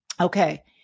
Okay